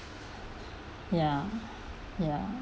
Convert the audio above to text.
ya ya